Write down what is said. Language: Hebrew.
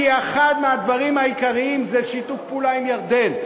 כי אחד הדברים העיקריים זה שיתוף פעולה עם ירדן,